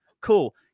cool